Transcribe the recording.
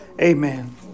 Amen